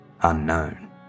unknown